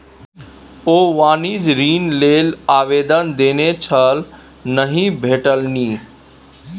ओ वाणिज्यिक ऋण लेल आवेदन देने छल नहि भेटलनि